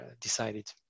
decided